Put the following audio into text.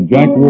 Jack